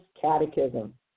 catechism